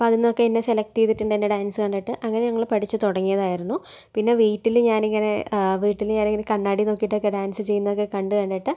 അപ്പോൾ അതിന്നൊക്കെ എന്നെ സെലക്ട് ചെയ്തിട്ടുണ്ടായിരുന്നു എൻ്റെ ഡാൻസ് കണ്ടിട്ട് അങ്ങനെ ഞങ്ങള് പഠിച്ചു തുടങ്ങിയതായിരുന്നു പിന്നെ വീട്ടില് ഞാനിങ്ങനെ വീട്ടില് ഞാനിങ്ങനെ കണ്ണാടി നോക്കിട്ടൊക്കെ ഡാൻസ് ചെയ്യുന്നതൊക്കെ കണ്ട് കണ്ടിട്ട്